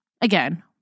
Again